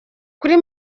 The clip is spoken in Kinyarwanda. kuri